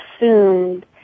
assumed